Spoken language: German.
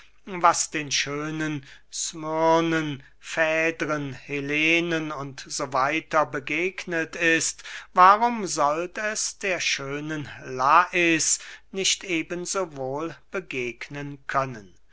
was den schönen smyrnen fädren helenen u s w begegnet ist warum sollt es der schönen lais nicht eben so wohl begegnen können